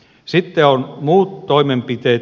sitten on muut toimenpiteet